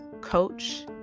coach